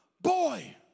boy